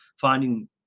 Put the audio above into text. finding